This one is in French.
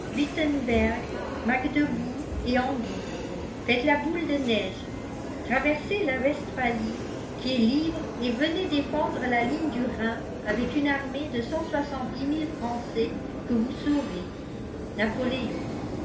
wittemberg magdebourg et hambourg faites la boule de neige traversez la westphalie qui est libre et venez défendre la ligne du rhin avec une armée de français que vous sauvez